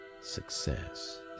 Success